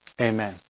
Amen